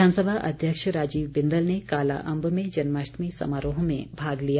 विधानसभा अध्यक्ष राजीव बिंदल ने कालाअंब में जन्माष्टमी समारोह में भाग लिया